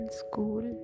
school